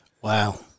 Wow